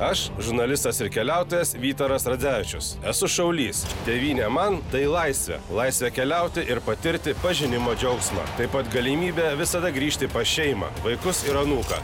aš žurnalistas ir keliautojas vytaras radzevičius esu šaulys tėvynė man tai laisvė laisvė keliauti ir patirti pažinimo džiaugsmą taip pat galimybė visada grįžti pas šeimą vaikus ir anūką